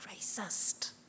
racist